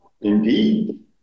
indeed